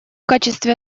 качестве